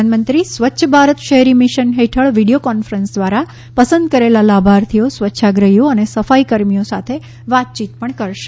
પ્રધાનમંત્રી સ્વચ્છ ભારત શહેરી મિશન હેઠળ વિડીયો કોન્ફરન્સ દ્વારા પસંદ કરેલા લાભાર્થીઓ સ્વચ્છાગ્રહીઓ અને સફાઇકાર્મીઓ સાથે પણ વાતચીત કરશે